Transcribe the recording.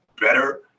better